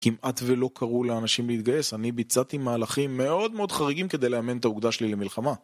כמעט ולא קראו לאנשים להתגייס, אני ביצעתי מהלכים מאוד מאוד חריגים כדי לאמן את האוגדה שלי למלחמה.